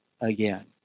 again